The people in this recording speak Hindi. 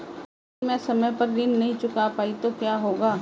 यदि मैं समय पर ऋण नहीं चुका पाई तो क्या होगा?